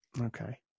Okay